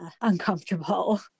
uncomfortable